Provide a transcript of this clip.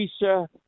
Lisa